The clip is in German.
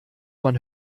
man